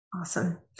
Awesome